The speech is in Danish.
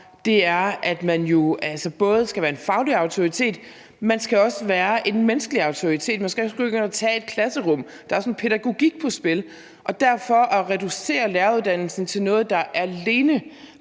det er, at man jo altså både skal være en faglig autoritet og også skal være en menneskelig autoritet. Man skal kunne indtage et klasserum, ogder er også en pædagogik på spil. Jeg tror derfor, at hvis man reducerer læreruddannelsen til noget, der alene